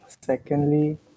secondly